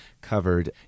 covered